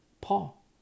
Paul